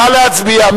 נא להצביע.